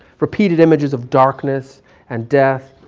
repeated images of darkness and death,